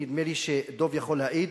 נדמה לי שדב יכול להעיד